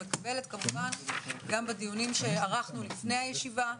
גם בדיונים שערכנו לפני הישיבה,